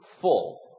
full